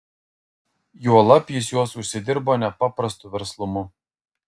juolab jis juos užsidirbo nepaprastu verslumu